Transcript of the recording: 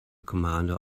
commander